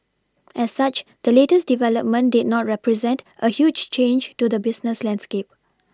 as such the latest development did not represent a huge change to the business landscape